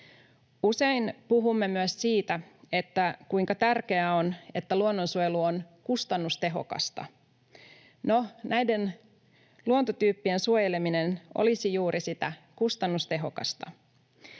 Usein puhumme myös siitä, kuinka tärkeää on, että luonnonsuojelu on kustannustehokasta. No, näiden luontotyyppien suojeleminen olisi juuri sitä: kustannustehokasta.